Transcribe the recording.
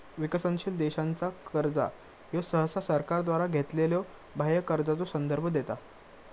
विकसनशील देशांचा कर्जा ह्यो सहसा सरकारद्वारा घेतलेल्यो बाह्य कर्जाचो संदर्भ देता